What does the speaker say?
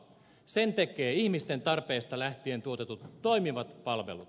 sen tekee ihmisten tarpeista lähtien tuotetut toimivat palvelut